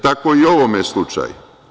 Tako je i u ovome slučaj.